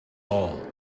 all